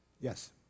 Yes